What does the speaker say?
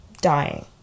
dying